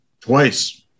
twice